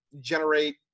generate